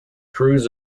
cruz